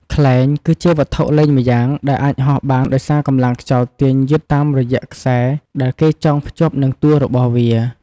ខ្លែង គឺជាវត្ថុលេងម្យ៉ាងដែលអាចហោះបានដោយសារកម្លាំងខ្យល់ទាញយឺតតាមរយៈខ្សែដែលគេចង់ភ្ជាប់នឹងតួរបស់វា។